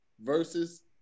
versus